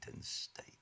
State